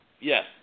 Yes